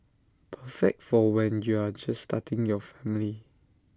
perfect for when you're just starting your family